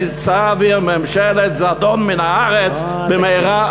כי תעביר ממשלת זדון מן הארץ" במהרה,